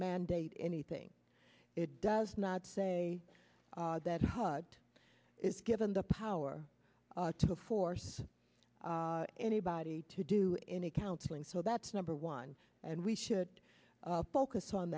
mandate anything it does not say that god is given the power to force anybody to do any counseling so that's number one and we should focus on